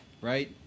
right